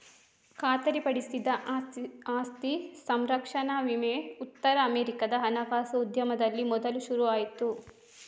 ಖಾತರಿಪಡಿಸಿದ ಆಸ್ತಿ ಸಂರಕ್ಷಣಾ ವಿಮೆ ಉತ್ತರ ಅಮೆರಿಕಾದ ಹಣಕಾಸು ಉದ್ಯಮದಲ್ಲಿ ಮೊದಲು ಶುರು ಆಯ್ತು